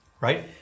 right